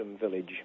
Village